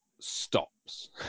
stops